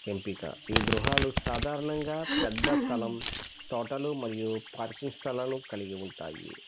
ఎంపిక ఈ గృహాలు సాధారణంగా పెద్ద స్థలం తోటలు మరియు పార్కింగ్ స్థలాలు కలిగి ఉంటాయి